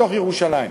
בתוך ירושלים.